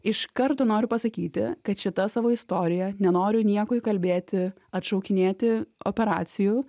iš karto noriu pasakyti kad šita savo istorija nenoriu nieko įkalbėti atšaukinėti operacijų